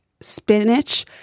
spinach